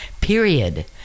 period